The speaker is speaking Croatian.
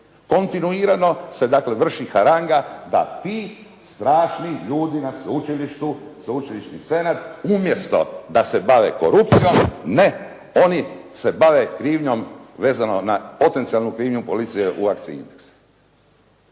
kontinuirano se dakle vrši haranga da ti strašni ljudi na sveučilištu, sveučilišni senat umjesto da se bave korupcijom, ne oni se bave krivnjom vezno na potencijalnu krivnju policije u akciji "Indeks".